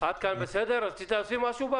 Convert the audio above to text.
בבצ'יק רצית להוסיף משהו?